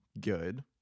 good